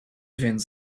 więc